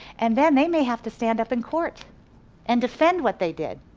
and then they may have to stand up in court and defend what they did.